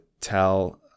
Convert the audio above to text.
tell